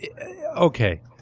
okay